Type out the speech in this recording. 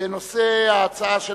ונושא ההצעה,